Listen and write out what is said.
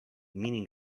meaning